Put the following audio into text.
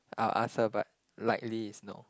I'll ask her but likely is no